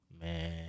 Man